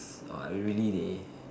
orh I really leh